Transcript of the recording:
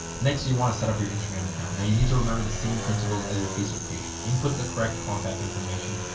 next you want to set up your instagram account. now you need to remember the same principles as your facebook page. input the correct contact information,